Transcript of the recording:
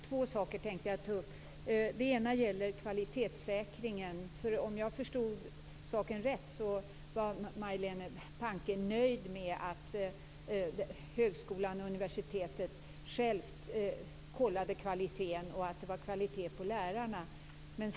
Fru talman! Jag tänkte ta upp två saker. Det ena gäller kvalitetssäkringen. Om jag förstod saken rätt var Majléne Westerlund Panke nöjd med att högskolan eller universitetet självt kollade bl.a. att lärarna höll god kvalitet.